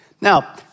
Now